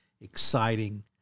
exciting